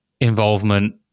involvement